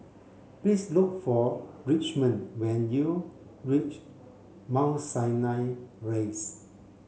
please look for Richmond when you reach Mount Sinai Rise